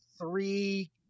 three